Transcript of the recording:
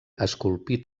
esculpit